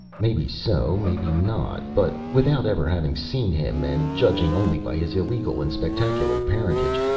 maybe so, maybe not but without ever having seen him, and judging only by his illegal and spectacular parentage,